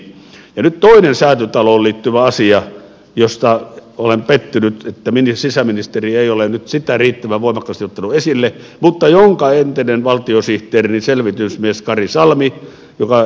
nyt toinen säätytaloon liittyvä asia johon olen pettynyt että sisäministeri ei ole nyt sitä riittävän voimakkaasti ottanut esille mutta jonka entinen valtiosihteerini selvitysmies kari salmi joka sdpn